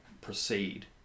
proceed